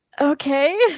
okay